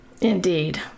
Indeed